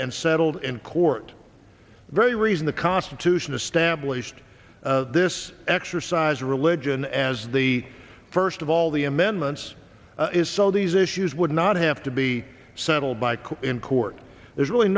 and settled in court the very reason the constitution established this exercise of religion as the first of all the amendments is so these issues would not have to be settled by code in court there's really